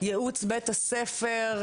ייעוץ בית הספר,